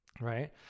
right